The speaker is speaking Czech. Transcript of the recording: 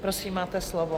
Prosím, máte slovo.